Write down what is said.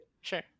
Sure